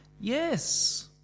Yes